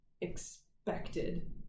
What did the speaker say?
expected